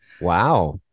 Wow